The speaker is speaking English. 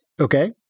Okay